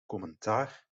commentaar